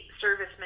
service